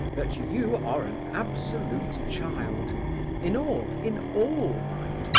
that you you are an absolute child in all, in all, mind,